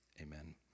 amen